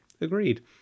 agreed